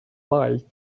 liked